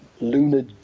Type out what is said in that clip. lunar